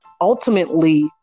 ultimately